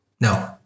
No